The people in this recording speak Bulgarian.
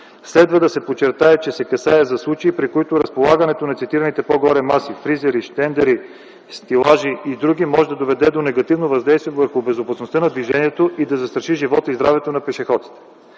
Следва да се подчертае, че се касае за случаи, при които разполагането на цитираните по-горе маси, фризери, щендери, стелажи и други може да доведе до негативно въздействие върху безопасността на движението и да застраши живота и здравето на пешеходците.